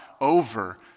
over